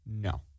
No